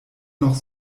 noch